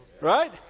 Right